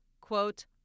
quote